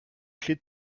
clés